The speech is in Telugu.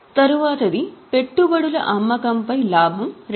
తరువాతిది పెట్టుబడుల అమ్మకంపై లాభం 2000